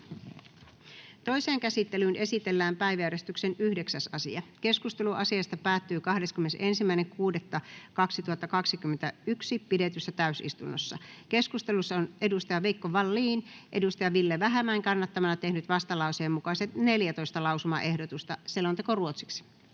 Toiseen käsittelyyn esitellään päiväjärjestyksen 9. asia. Keskustelu asiasta päättyi 21.6.2021 pidetyssä täysistunnossa. Keskustelussa on Veikko Vallin Ville Vähämäen kannattamana tehnyt vastalauseen mukaiset 14 lausumaehdotusta.